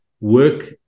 work